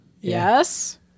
Yes